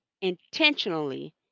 intentionally